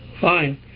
fine